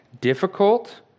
difficult